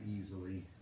easily